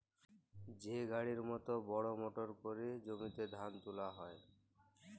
যে গাড়ির মত বড় মটরে ক্যরে জমিতে ধাল তুলা হ্যয়